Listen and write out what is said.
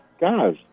guys